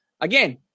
again